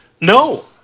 no